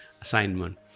assignment